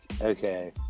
okay